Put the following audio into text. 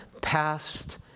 Past